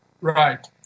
Right